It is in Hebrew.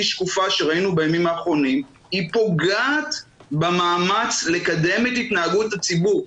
שקופה שראינו בימים האחרונים פוגעת במאמץ לקדם את התנהגות הציבור.